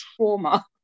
trauma